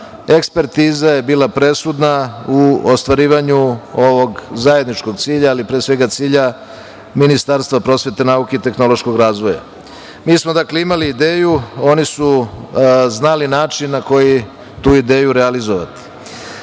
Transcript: ekspertiza je bila presudna u ostvarivanju ovog zajedničkog cilja, ali pre svega cilja Ministarstva prosvete, nauke i tehnološkog razvoja. Mi smo imali ideju, oni su znali način na koji tu ideju realizovati.